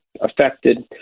affected